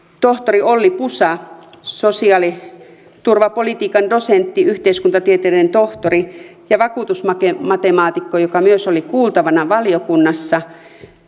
tohtori olli pusa sosiaaliturvapolitiikan dosentti yhteiskuntatieteiden tohtori ja vakuutusmatemaatikko joka myös oli kuultavana valiokunnassa